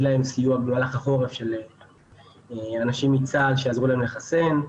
להם סיוע במהלך החורף של אנשים מצה"ל שיעזרו להם לחסן.